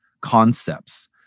concepts